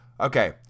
Okay